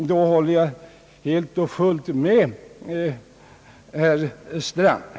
I så fall håller jag helt och fullt med herr Strand.